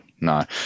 No